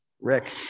Rick